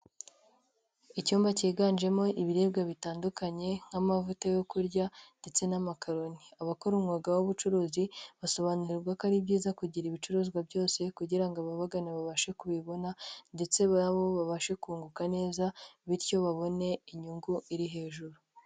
Icyumba cyiganjemo ibiribwa bitandukanye nk'amavuta yo kurya ndetse n'amakaroni. Abakora umwuga w'ubucuruzi basobanurirwa ko ari byiza kugira ibicuruzwa byose kugira ngo ababagana babashe kubibona ndetse nabo babashe kunguka neza bityo babone inyungu iri hejuru.